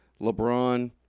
LeBron